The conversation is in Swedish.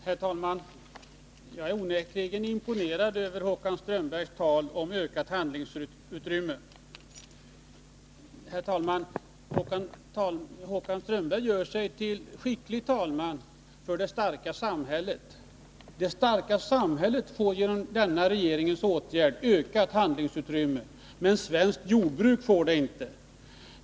Herr talman! Jag är onekligen imponerad av Håkan Strömbergs tal om ökat handlingsutrymme. Håkan Strömberg gör sig till en skicklig talesman för det starka samhället. Det starka samhället får genom denna regeringens åtgärd ökat handlingsutrymme, men svenskt jordbruk får det inte.